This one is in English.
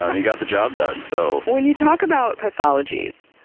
he got the job done. so when you talk about pathologies,